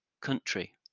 country